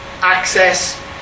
access